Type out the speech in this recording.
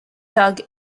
tug